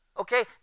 okay